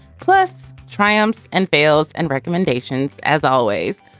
plus, triumphs and fails and recommendations, as always.